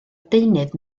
deunydd